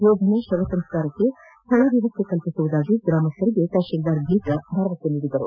ಯೋಧನ ಶವ ಸಂಸ್ಕಾರಕ್ಕೆ ಸ್ಥಳ ವ್ಯವಸ್ಥೆ ಕಲ್ಪಿಸುವುದಾಗಿ ಗ್ರಾಮಸ್ಥರಿಗೆ ತಹಸೀಲ್ದಾರ್ ಗೀತಾ ಭರವಸೆ ನೀಡಿದರು